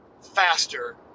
faster